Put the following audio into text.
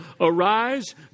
arise